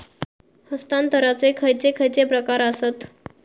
हस्तांतराचे खयचे खयचे प्रकार आसत?